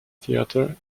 theater